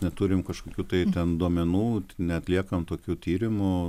neturim kažkokių tai ten duomenų neatliekam tokių tyrimų